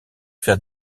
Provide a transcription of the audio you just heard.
faire